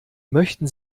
möchten